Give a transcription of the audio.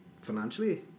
financially